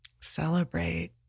celebrate